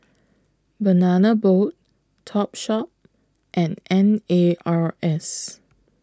Banana Boat Topshop and N A R S